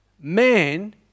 Man